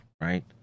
right